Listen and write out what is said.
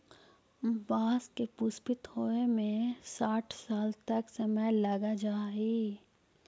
बाँस के पुष्पित होवे में साठ साल तक के समय लग जा हइ